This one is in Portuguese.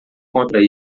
contra